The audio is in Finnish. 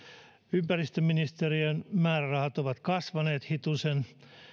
ympäristöministeriön määrärahat ovat kasvaneet hitusen